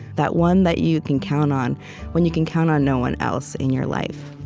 that one that you can count on when you can count on no one else in your life